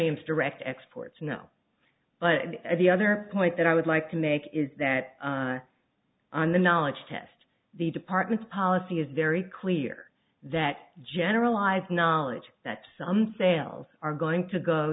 against direct exports no but the other point that i would like to make is that on the knowledge test the department policy is very clear that generalized knowledge that some sales are going to go